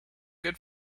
good